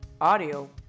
audio